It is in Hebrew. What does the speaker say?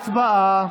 הצבעה.